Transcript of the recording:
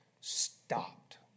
stopped